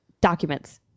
documents